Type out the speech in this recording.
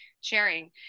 sharing